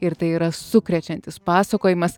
ir tai yra sukrečiantis pasakojimas